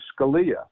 Scalia